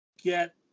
get